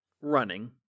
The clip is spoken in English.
running